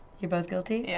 you're both guilty? yeah.